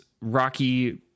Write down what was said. rocky